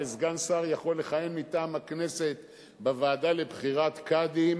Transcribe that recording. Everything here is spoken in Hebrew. וסגן שר יכול לכהן מטעם הכנסת בוועדה לבחירת קאדים,